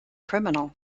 criminal